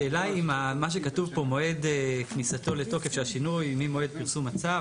השאלה היא אם מה שכתוב פה מועד כניסתו לתוקף של השינוי ממועד פרסום הצו,